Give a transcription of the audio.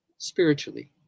spiritually